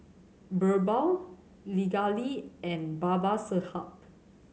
Birbal Pingali and Babasaheb